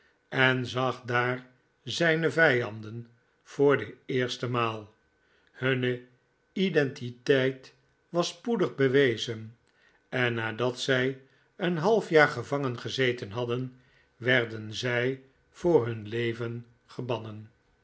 en zag daar zijne vijanden voor de eerste rnaal hunne identiteit was spoedig bewezen en nadat zij een half jaar gevangen gezeten hadden werden zij voor hun leven gebannen